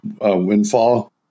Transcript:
windfall